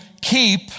keep